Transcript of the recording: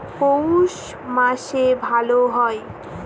পৌষ মাসে ভালো হয়?